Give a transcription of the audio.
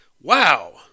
Wow